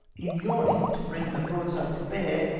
in yawing to bring her broadside to bear,